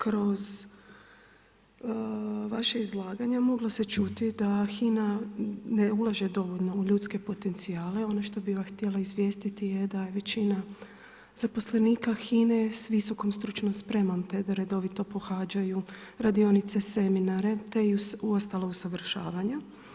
Kroz vaše izlaganje moglo se čuti da HINA ne ulaže dovoljno u ljudske potencijale, ono što bi vas htjela izvijestiti je da je većina zaposlenika HINA-e s visokom stručnom spremom te da redovito pohađaju radionice, seminare te i ostala usavršavanja.